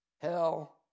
hell